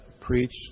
preached